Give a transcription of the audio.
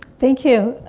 thank you,